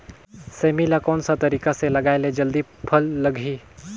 सेमी ला कोन सा तरीका से लगाय ले जल्दी फल लगही?